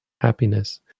happiness